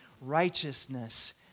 Righteousness